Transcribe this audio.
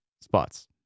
spots